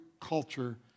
culture